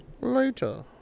later